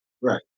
Right